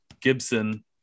Gibson